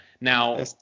Now